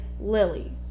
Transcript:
lily